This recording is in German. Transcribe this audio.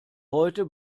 heute